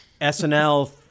SNL